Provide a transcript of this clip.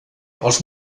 els